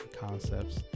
concepts